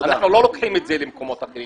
אנחנו לא לוקחים את זה למקומות אחרים